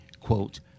quote